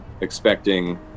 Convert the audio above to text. expecting